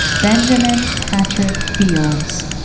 benjamin patrick fields.